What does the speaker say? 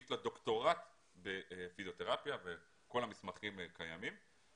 יש לה דוקטורט בפיזיותרפיה וכל המסמכים קיימים.